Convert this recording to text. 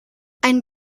ein